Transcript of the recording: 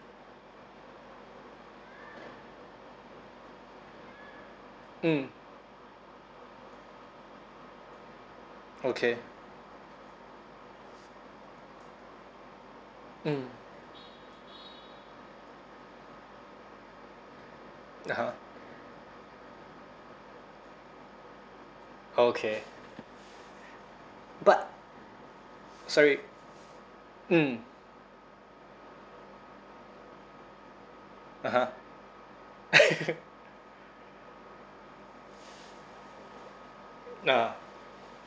mm okay mm (uh huh) okay but sorry mm (uh huh) ah